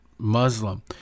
Muslim